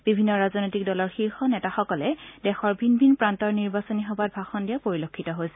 বিভিন্ন ৰাজনৈতিক দলৰ শীৰ্ষ নেতাসকলে দেশৰ ভিন ভিন প্ৰান্তৰ নিৰ্বাচনী সভাত ভাষণ দিয়া পৰিলক্ষিত হৈছে